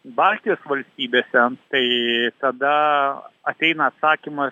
baltijos valstybėse tai tada ateina atsakymas